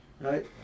right